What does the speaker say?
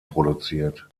produziert